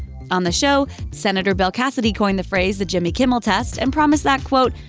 on the show, senator bill cassidy coined the phrase the jimmy kimmel test and promised that, quote.